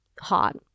hot